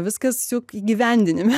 viskas juk įgyvendinime